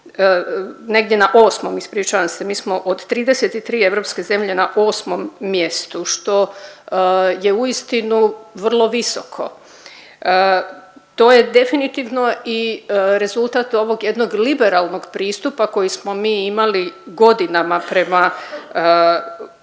negdje na 8. ispričavam se. Mi smo od 33 europske zemlje na 8. mjestu što je uistinu vrlo visoko. To je definitivno i rezultat ovog jednog liberalnog pristupa koji smo mi imali godinama prema